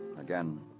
again